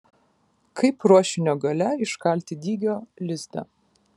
kaip ruošinio gale iškalti dygio lizdą